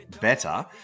better